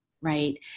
right